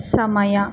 ಸಮಯ